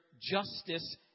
justice